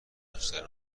داشتن